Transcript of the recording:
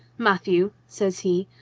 matthieu, says he,